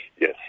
Yes